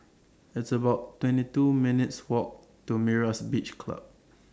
It's about twenty two minutes' Walk to Myra's Beach Club